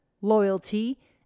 loyalty